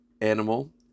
animal